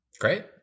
Great